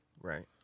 Right